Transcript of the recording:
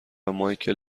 مایکل